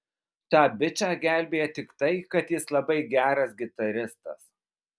tą bičą gelbėja tik tai kad jis labai geras gitaristas